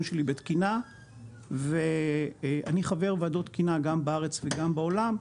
שלי בתקינה ואני חבר ועדות תקינה גם בארץ וגם בעולם,